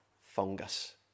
fungus